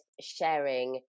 sharing